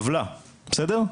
עוולה, בסדר?